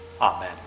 Amen